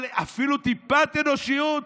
אבל אפילו טיפת אנושיות,